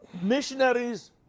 missionaries